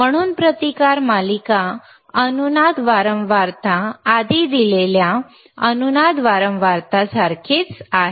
म्हणून प्रतिकार मालिका अनुनाद वारंवारता आधी दिलेल्या अनुनाद वारंवारता सारखीच आहे